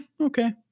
okay